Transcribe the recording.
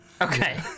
okay